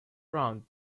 round